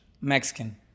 Mexican